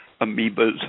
amoebas